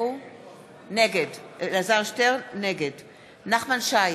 נגד נחמן שי,